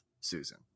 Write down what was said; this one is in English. Susan